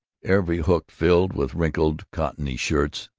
every hook filled with wrinkled cottony shirts,